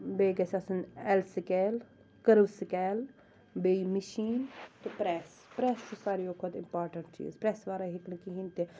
بیٚیہِ گَژھہِ آسُن ایل سِکیل کٔرو سِکیل بیٚیہِ مِشیٖن تہٕ پریٚس پریٚس چھُ ساروٕے کھۄتہٕ اِمپاٹنٹ چیٖز پریٚس وَرٲے ہیٚکہِ نہٕ کہیٖنۍ تہِ